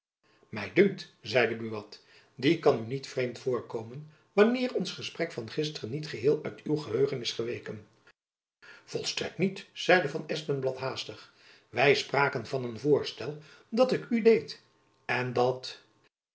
my dunkt zeide buat die kan u niet vreemd voorkomen wanneer ons gesprek van gisteren niet geheel uit uw geheugen is geweken volstrekt niet zeide van espenblad haastig wy spraken van een voorstel dat ik u deed en dat